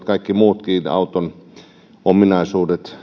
kaikki muutkin sen henkiset taksitoimintaan liittyvät auton ominaisuudet